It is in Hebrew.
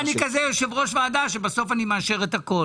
אני מין יושב-ראש ועדה שבסוף מאשר את הכול.